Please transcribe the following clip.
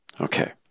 Okay